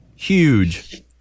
Huge